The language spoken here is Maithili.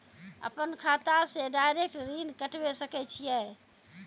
अपन खाता से डायरेक्ट ऋण कटबे सके छियै?